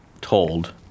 told